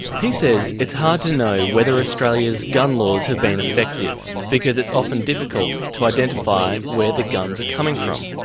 he says it's hard to know whether australia's gun laws have been effective, because it's often difficult to identify where the guns are coming from.